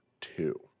two